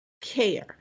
care